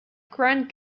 grant